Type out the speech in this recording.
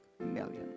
million